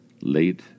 late